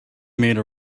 made